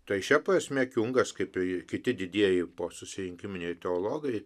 tai šia prasme kiungas kaip ir kiti didieji posusirinkiminiai teologai